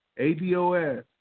ADOS